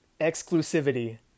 exclusivity